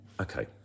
okay